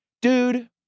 dude